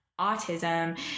autism